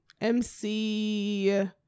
MC